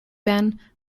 band